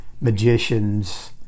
magicians